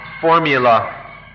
Formula